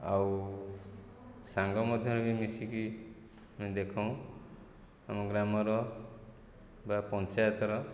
ଆଉ ସାଙ୍ଗ ମଧ୍ୟ ଆମେ ମିଶିକି ଦେଖଉ ଆମ ଗ୍ରାମର ବା ପଞ୍ଚାୟତର